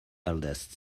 eldest